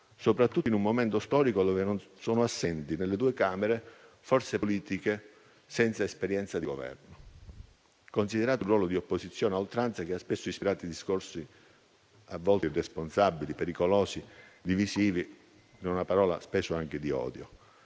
soprattutto in un momento storico in cui nelle due Camere sono assenti forze politiche senza esperienza di Governo, considerato il ruolo di opposizione a oltranza che ha spesso ispirato discorsi a volte irresponsabili, pericolosi e divisivi (in una parola: spesso anche di odio).